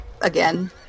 again